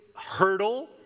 hurdle